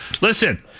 listen